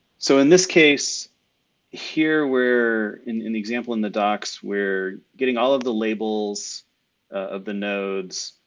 so in this case here, where in in the example in the docs we're getting all of the labels of the nodes.